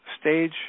stage